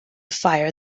fire